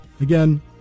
Again